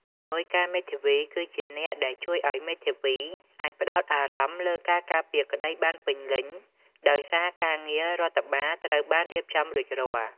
ជំនួយការមេធាវីគឺជាអ្នកដែលជួយឱ្យមេធាវីអាចផ្តោតអារម្មណ៍លើការការពារក្តីបានពេញលេញ ដោយសារការងាររដ្ឋបាលត្រូវបានរៀបចំរួចរាល់។